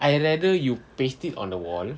I rather you paste it on the wall